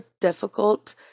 difficult